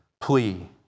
plea